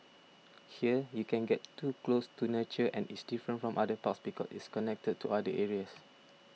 here you can get too close to nature and it's different from other parks because it's connected to other areas